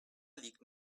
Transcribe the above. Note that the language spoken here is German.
liegt